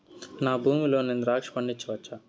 నా భూమి లో నేను ద్రాక్ష పండించవచ్చా?